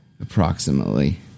Approximately